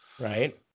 Right